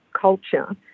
culture